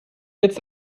jetzt